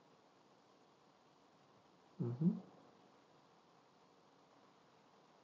mmhmm